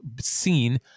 seen